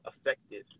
effective